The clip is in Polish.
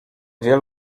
dwie